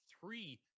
three